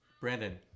Brandon